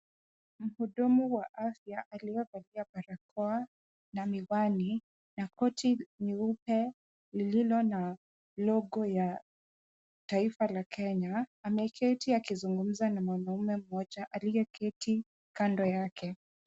Mhudumu wa afya aliyevalia barakoa na miwani na koti nyeupe lililo na logo ya taifa la Kenya ameketi akizungumza na mwanaume mmoja aliyeketi kando yake.